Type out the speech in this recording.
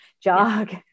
jog